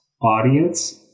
audience